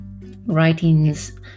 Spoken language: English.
writings